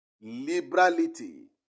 Liberality